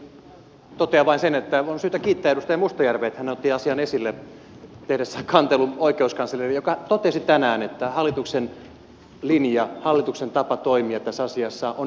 tähän alkuun yllättäen varmasti totean vain sen että on syytä kiittää edustaja mustajärveä että hän otti asian esille tehdessään kantelun oikeuskanslerille joka totesi tänään että hallituksen linja hallituksen tapa toimia tässä asiassa on juuri oikea tapa